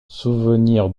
souvenir